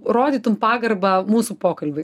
rodytum pagarbą mūsų pokalbiui